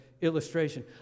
illustration